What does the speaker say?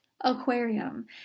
aquarium